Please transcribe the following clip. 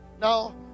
Now